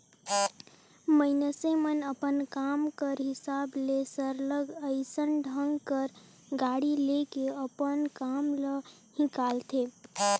मइनसे मन अपन काम कर हिसाब ले सरलग अइसन ढंग कर गाड़ी ले के अपन काम ल हिंकालथें